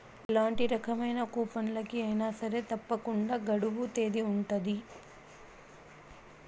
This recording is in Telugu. ఎలాంటి రకమైన కూపన్లకి అయినా సరే తప్పకుండా గడువు తేదీ ఉంటది